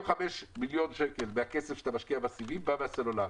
מיליון שקל מהכסף שאתה משקיע בסיבים בא מן הסלולר.